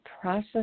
process